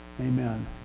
Amen